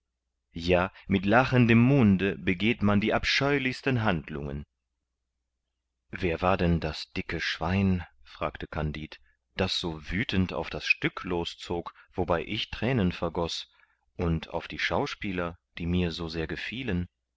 ja mit lachendem munde begeht man die abscheulichsten handlungen wer war denn das dicke schwein fragte kandid das so wüthend auf das stück loszog wobei ich thränen vergoß und auf die schauspieler die mir so sehr gefielen